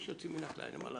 יש יוצאים מהכלל, אין מה לעשות.